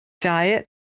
Diet